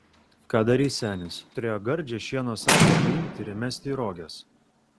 ką darys senis turėjo gardžią šieno saują paimti ir įmesti į roges